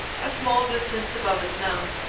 a small distance above its mouth.